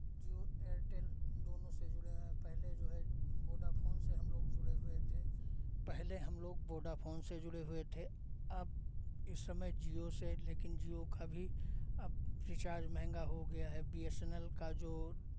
जिओ एयरटेल दोनों से जुड़े हुए हैं पहले जो है वोडाफ़ोन से हम लोग जुड़े हुए थे पहले हम लोग वोडाफ़ोन से जुड़े हुए थे अब इस समय जिओ से लेकिन जिओ का भी अब रिचार्ज महंगा हो गया है बी एस एन एल का जो